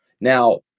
now